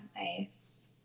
nice